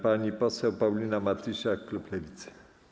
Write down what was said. Pani poseł Paulina Matysiak, klub Lewicy.